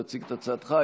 תציג את הצעתך,